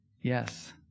Yes